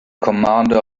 commander